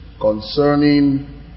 concerning